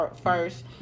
first